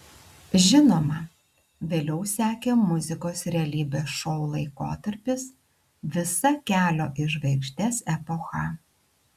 žinoma vėliau sekė muzikos realybės šou laikotarpis visa kelio į žvaigždes epocha